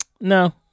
No